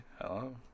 Hello